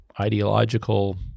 ideological